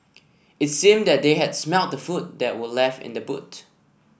it seemed that they had smelt the food that were left in the boot